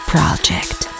Project